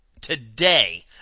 today